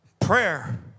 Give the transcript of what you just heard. Prayer